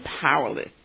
powerless